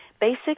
basic